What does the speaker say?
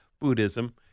Buddhism